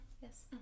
Yes